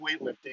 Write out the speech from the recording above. weightlifting